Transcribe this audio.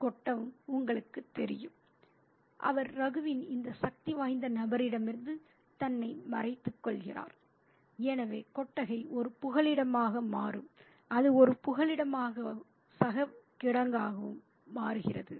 கொட்டவும் உங்களுக்குத் தெரியும் அவர் ரகுவின் இந்த சக்திவாய்ந்த நபரிடமிருந்து தன்னை மறைத்துக்கொள்கிறார் எனவே கொட்டகை ஒரு புகலிடமாக மாறும் அது ஒரு புகலிடமாகவும் சவக்கிடங்காகவும் மாறுகிறது